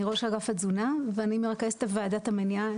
אני ראש אגף התזונה ואני מרכזת את וועדת המניעה